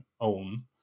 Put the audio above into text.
own